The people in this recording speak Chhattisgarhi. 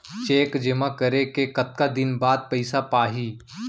चेक जेमा करे के कतका दिन बाद पइसा आप ही?